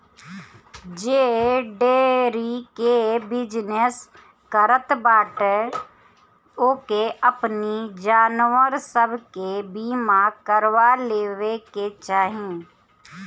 जे डेयरी के बिजनेस करत बाटे ओके अपनी जानवर सब के बीमा करवा लेवे के चाही